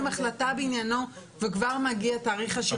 החלטה בעניינו וכבר מגיע תאריך השחרור שלו.